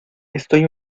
estoy